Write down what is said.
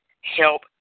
help